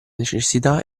necessità